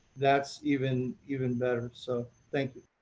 that's even even better. so thank you.